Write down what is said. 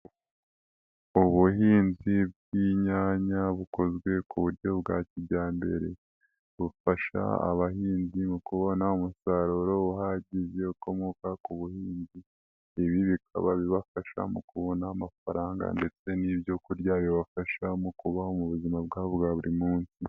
Ubuhinzi bw'inyanya bukozwe ku buryo bwa kijyambere, bufasha abahinzi mu kubona umusaruro uhagije ukomoka ku buhinzi, ibi bikaba bibafasha mu kubona amafaranga ndetse n'ibyo kurya bibafasha mu kubaho mu buzima bwabo bwa buri munsi.